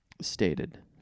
stated